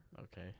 Okay